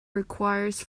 requires